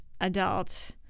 adult